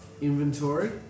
inventory